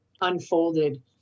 unfolded